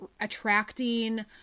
attracting